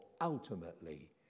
ultimately